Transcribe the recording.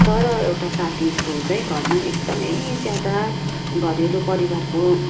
तर एउटा साथीको चाहिँ घरमा एकदमै ज्यादा घरेलु परिवारको